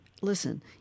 Listen